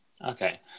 Okay